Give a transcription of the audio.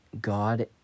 God